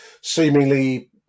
Seemingly